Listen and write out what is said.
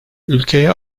ülkeye